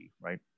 right